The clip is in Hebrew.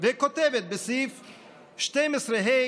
וכותבת בסעיף 12ה,